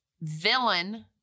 villain